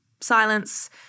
silence